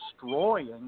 destroying